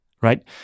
right